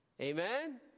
Amen